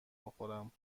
بخورم